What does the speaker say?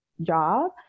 job